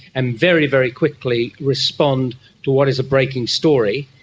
and very, very quickly respond to what is a breaking story,